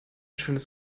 schönes